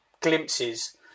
glimpses